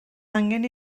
angen